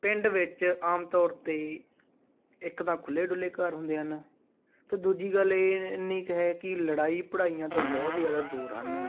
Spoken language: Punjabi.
ਪਿੰਡ ਵਿੱਚ ਆਮ ਤੌਰ 'ਤੇ ਇੱਕ ਤਾਂ ਖੁੱਲ੍ਹੇ ਡੁੱਲੇ ਘਰ ਹੁੰਦੇ ਹਨ ਅਤੇ ਦੂਜੀ ਗੱਲ ਇਹ ਇੰਨੀ ਕੁ ਹੈ ਕਿ ਲੜਾਈ ਪੜ੍ਹਾਈਆਂ ਤੋਂ ਬਹੁਤ ਜ਼ਿਆਦਾ ਦੂਰ ਹਨ